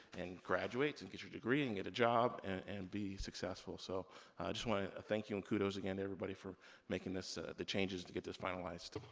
and graduate, and get your degree, and get a job, and be successful. so i just wanna ah thank you, and kudos again to everybody for making the changes to get this finalized.